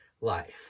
life